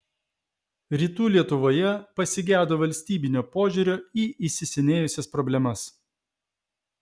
rytų lietuvoje pasigedo valstybinio požiūrio į įsisenėjusias problemas